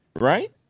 right